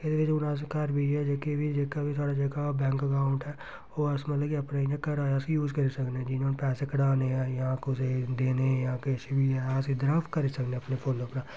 एह्दे बिच्च घर हून अस घर बेहियै जेह्का बी जेह्का बी साढ़ा बैंक अकाउंट ऐ ओह् अस मतलब कि अपने इ'यां घरा दा अस यूज करी सकदे आं जियां हून पैसे कढाने ऐ जां कुसै गी देने जां किश बी ऐ अस इद्धरा करी सकने आं अपने फोना उप्परा